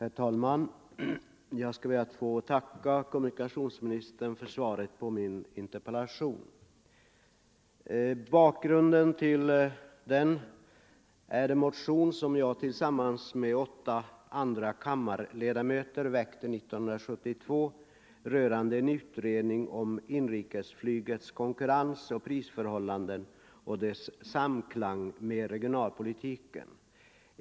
Herr talman! Jag ber att få tacka kommunikationsministern för svaret på min interpellation. Bakgrunden till interpellationen är en motion som jag tillsammans med åtta andra kammarledamöter väckte 1972 rörande en utredning om inrikesflygets konkurrensoch prisförhållanden och deras samstämmighet med regionalpolitiken.